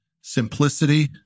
simplicity